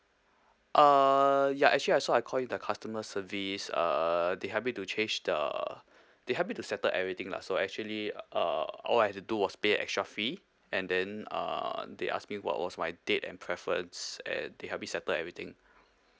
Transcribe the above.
uh ya actually also I call the customer service uh they help me to change the uh they help me to settle everything lah so actually uh all I have to do was pay an extra fee and then uh they ask me what was my date and preference and they help me settle everything